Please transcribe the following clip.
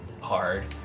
hard